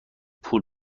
پول